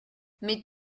mais